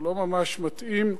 הוא לא ממש מתאים,